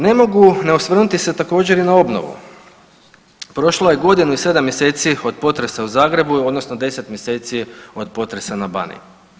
Ne mogu se ne osvrnuti se također i na obnovu, prošlo je godinu i sedam mjeseci od potresa u Zagrebu odnosno 10 mjeseci od potresa na Baniji.